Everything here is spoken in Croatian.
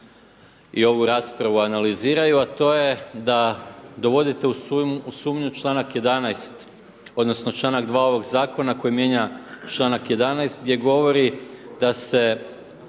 i ovu raspravu analiziraju, a to je da dovodite u sumnju članak 11. odnosno članak 2. ovog Zakona koji mijenja članak 11. gdje govori da se